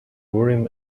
urim